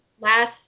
last